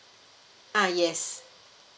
ah yes